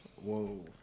Whoa